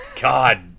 God